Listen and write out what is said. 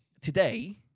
today